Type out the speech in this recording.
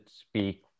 speak